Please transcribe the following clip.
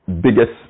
biggest